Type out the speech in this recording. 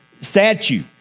statue